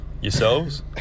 yourselves